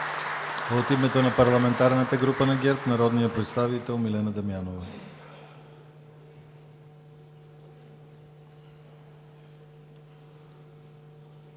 От името на парламентарната група на ГЕРБ – народният представител Милена Дамянова.